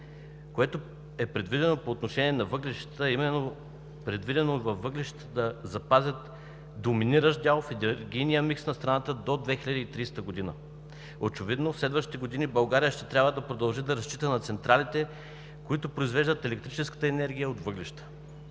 което е предвидено по отношение на въглищата, а именно е предвидено въглищата да запазят доминиращ дял в енергийния микс на страната до 2030 г. Очевидно в следващите години България ще трябва да продължи да разчита на централите, които произвеждат електрическата енергия от въглища.